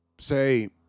say